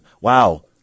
Wow